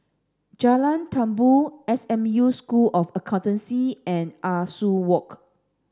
Jalan Tumpu S M U School of Accountancy and Ah Soo Walk